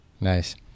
nice